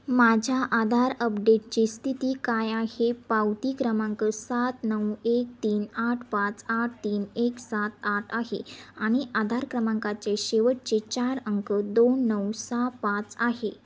माझ्या आधार अपडेटची स्थिती काय आहे पावती क्रमांक सात नऊ एक तीन आठ पाच आठ तीन एक सात आठ आहे आणि आधार क्रमांकाचे शेवटचे चार अंक दोन नऊ सहा पाच आहे